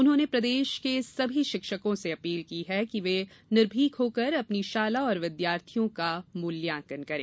उन्होंने प्रदेश के सभी शिक्षकों से अपील की है कि वे निर्भीक होकर अपनी शाला और विद्यार्थियों का मूल्याकंन करें